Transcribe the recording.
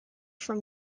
from